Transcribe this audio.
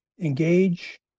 engage